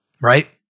Right